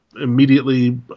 immediately